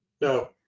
No